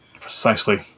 Precisely